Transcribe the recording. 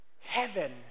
heaven